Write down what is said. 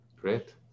Great